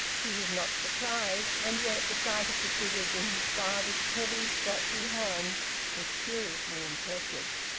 he was not surprised, and yet the sight of the figures in his father's heavy, scratchy hand was curiously impressive.